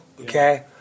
okay